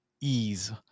ease